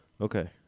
Okay